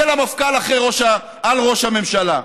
של המפכ"ל על ראש הממשלה.